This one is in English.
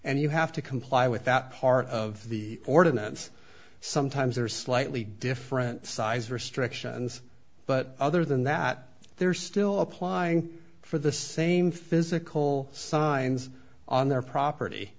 and you have to comply with that part of the ordinance sometimes there's slightly different size restrictions but other than that there are still applying for the same physical signs on their property